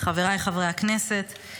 חבריי חברי הכנסת,